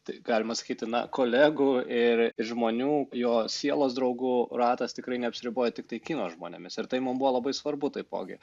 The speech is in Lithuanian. t galima sakyti na kolegų ir žmonių jo sielos draugų ratas tikrai neapsiribojo tiktai kino žmonėmis ir tai mum buvo labai svarbu taipogi